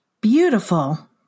beautiful